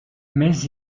mais